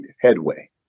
headway